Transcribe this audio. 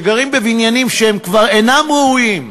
שגרים בבניינים שכבר אינם ראויים,